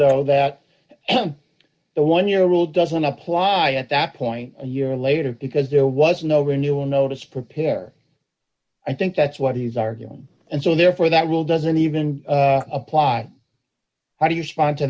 though that the one year old doesn't apply at that point a year later because there was no renewal notice prepare i think that's what he's arguing and so therefore that rule doesn't even apply how do you